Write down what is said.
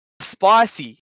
Spicy